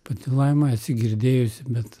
pati laima esi girdėjusi bet